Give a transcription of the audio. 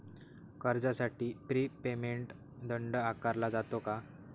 कर्जासाठी prepayment दंड आकारला जातो का?